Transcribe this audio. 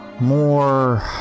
more